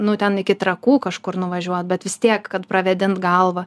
nu ten iki trakų kažkur nuvažiuot bet vis tiek kad pravėdint galvą